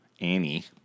Annie